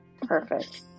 perfect